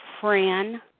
Fran